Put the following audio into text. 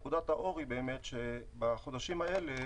נקודת האור היא באמת שבחודשים האלה,